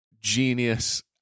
genius